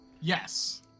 Yes